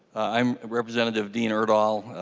um representative dean urdahl.